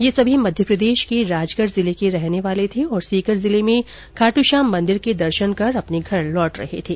ये सभी मध्य प्रदेश के राजगढ़ जिले के रहने वाले थे और सीकर जिले में खाटू श्याम मंदिर के दर्शन कर अपने घर लौट रहे थे